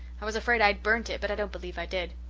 i was afraid i had burnt it but i don't believe i did.